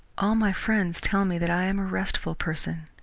all my friends tell me that i am a restful person.